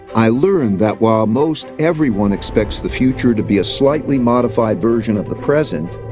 i learned that while most everyone expects the future to be a slightly modified version of the present,